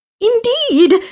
Indeed